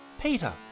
Peter